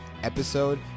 episode